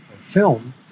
film